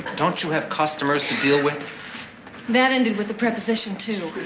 don't you have customers to deal with that ended with the preposition to?